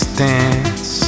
dance